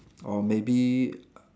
or maybe